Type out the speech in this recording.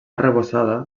arrebossada